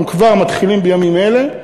כבר מתחילים בימים אלה.